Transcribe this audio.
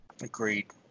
agreed